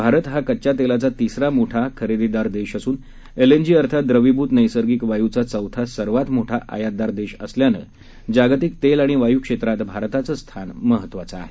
भारत हा कच्च्या तेलाचा तिसरा मोठा खरेदीदार देश असून एलएनजी अर्थात द्रवीभूत नैसर्गिक वायूचा चौथा सर्वांत मोठा आयातदार देश असल्यानं जागतिक तेल आणि वायू क्षेत्रात भारताचं स्थान महत्वाचं आहे